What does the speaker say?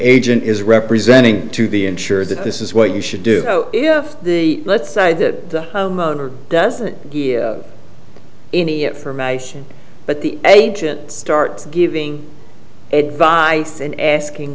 agent is representing to the insure that this is what you should do if the let's say the homeowner doesn't any information but the agent starts giving advice and asking